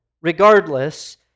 regardless